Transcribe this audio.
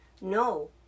No